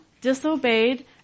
disobeyed